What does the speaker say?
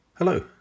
Hello